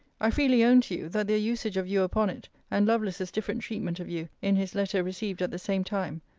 i freely own to you, that their usage of you upon it, and lovelace's different treatment of you in his letter received at the same time,